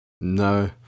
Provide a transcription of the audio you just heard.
no